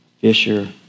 fisher